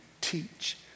teach